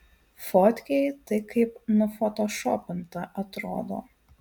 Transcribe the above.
fotkėj tai kaip nufotošopinta atrodo